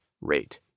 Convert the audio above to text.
Rate